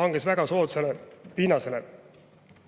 langes väga soodsale pinnasele.